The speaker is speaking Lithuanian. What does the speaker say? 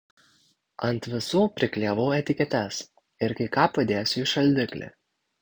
ant visų priklijavau etiketes ir kai ką padėsiu į šaldiklį